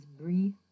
Brie